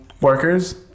workers